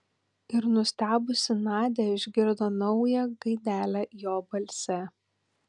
ir nustebusi nadia išgirdo naują gaidelę jo balse